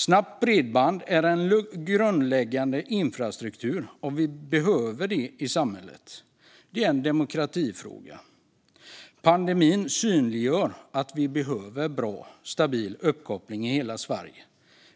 Snabbt bredband är en grundläggande infrastruktur som vi behöver i samhället. Det är en demokratifråga. Pandemin synliggör att vi behöver bra, stabil uppkoppling i hela Sverige.